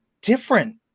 different